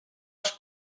els